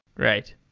right.